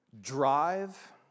Drive